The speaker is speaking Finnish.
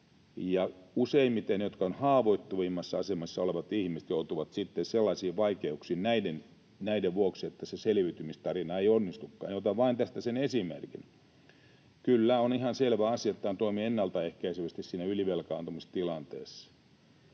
ja useimmiten haavoittuvimmassa asemassa olevat ihmiset joutuvat sitten sellaisiin vaikeuksiin näiden vuoksi, että se selviytymistarina ei onnistukaan. Otan tästä vain esimerkin: Kyllä on ihan selvä asia, että tämä toimii ennaltaehkäisevästi siinä ylivelkaantumistilanteessa.